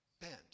bent